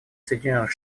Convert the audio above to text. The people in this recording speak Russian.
соединенных